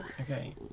Okay